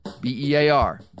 B-E-A-R